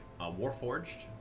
warforged